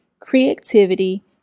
creativity